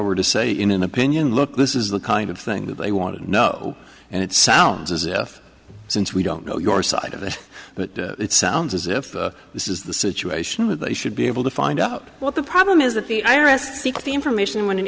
were to say in an opinion look this is the kind of thing that they want to know and it sounds as if since we don't know your side of it but it sounds as if this is the situation with they should be able to find out what the problem is that the i r s seek the information one o